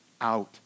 out